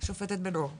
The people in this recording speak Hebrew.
השופטת בן אור בבקשה.